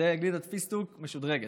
זאת גלידת פיסטוק משודרגת,